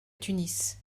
tunis